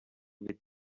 with